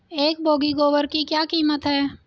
एक बोगी गोबर की क्या कीमत है?